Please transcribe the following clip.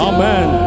Amen